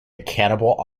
cannibal